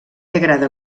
agrada